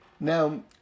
Now